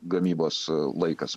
gamybos laikas